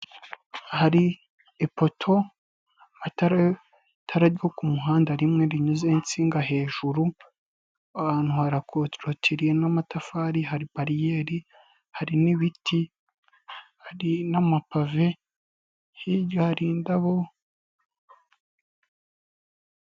Hari ipoto itara ryo ku muhanda rimwe rinyuza insinga hejuru, aho hantu harakorutiriye, n'amatafari hari bariyeri hari n'ibiti hari n'amapave hirya hari indabo.